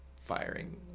firing